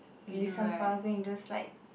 listen first then you just like